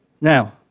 Now